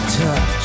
touch